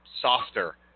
softer